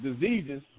diseases